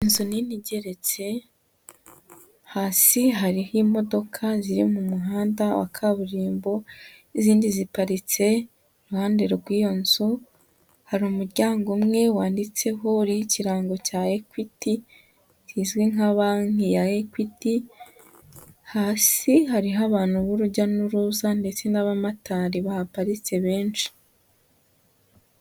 Inzu nini igeretse hasi hariho imodoka ziri mu muhanda wa kaburimbo, izindi ziparitse iruhande rw'iyo nzu, hari umuryango umwe wanditseho ikirango cya ekwiti izwi nka banki ya ekwiti, hasi hariho abantu b'urujya n'uruza ndetse n'abamotari bahaparitse benshi.